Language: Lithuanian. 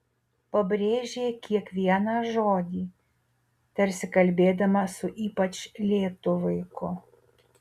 pabrėžė kiekvieną žodį tarsi kalbėdama su ypač lėtu vaiku